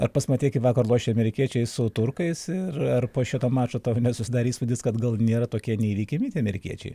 ar pats matei kaip vakar lošė amerikiečiai su turkais ir ar po šito mačo tau nesusidarė įspūdis kad gal nėra tokie neįveikiami tie amerikiečiai